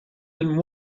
and